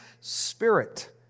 spirit